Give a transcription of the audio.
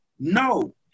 No